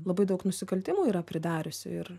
labai daug nusikaltimų yra pridariusi ir